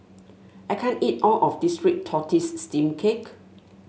I can't eat all of this Red Tortoise Steamed Cake